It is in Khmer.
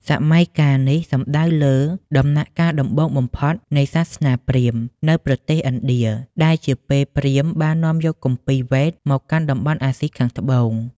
សម័យកាលនេះសំដៅលើដំណាក់កាលដំបូងបំផុតនៃសាសនាព្រាហ្មណ៍នៅប្រទេសឥណ្ឌា ដែលជាពេលព្រាហ្មណ៍បាននាំយកគម្ពីរ វេទ មកកាន់តំបន់អាស៊ីខាងត្បូង។